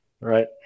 Right